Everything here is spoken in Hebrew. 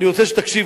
אני רוצה שתקשיב,